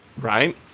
Right